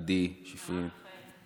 עדי, שפרית?